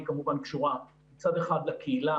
היא כמובן קשורה מצד אחד לקהילה